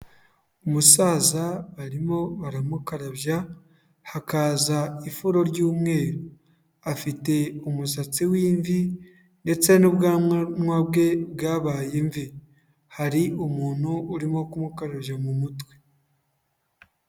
Umusaza barimo baramukarabya hakaza ifuro ry'umweru. Afite umusatsi w'imvi ndetse n'ubwanwa bwe bwabaye imvi, hari umuntu urimo kumukarabya mu mutwe.